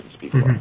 people